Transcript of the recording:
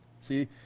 See